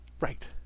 Right